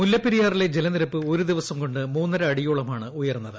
മുല്ലപ്പെരിയാറിലെ ജലനിരപ്പ് ഒരു ദിവസം കൊണ്ട് മൂന്നര കും വ അടിയോളമാണ് ഉയർന്നത്